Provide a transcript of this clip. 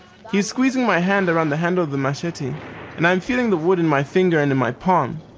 he's squeezing my hand around the handle of the machete and i'm feeling the wood in my finger and in my palm.